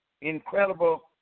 incredible